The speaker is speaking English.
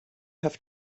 have